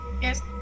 Yes